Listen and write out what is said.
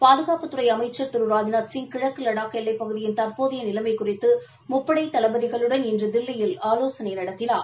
பாதுகாப்புத்துறை அமைச்சர் திரு ராஜ்நாத்சிங் கிழக்கு வடாக் எல்லைப்பகுதியின் தற்போதைய நிலைமை குறித்து முப்படை தளபதிகளுடன் இன்று தில்லியில் ஆலோசனை நடத்தினார்